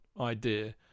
idea